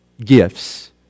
gifts